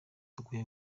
dukwiye